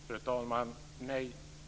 Fru talman!